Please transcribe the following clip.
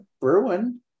Bruin